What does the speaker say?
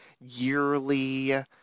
yearly